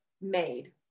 made